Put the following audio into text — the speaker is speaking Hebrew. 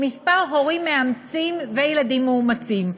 כמה הורים מאמצים וילדים מאומצים.